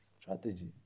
strategy